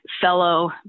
fellow